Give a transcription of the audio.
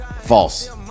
False